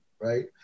right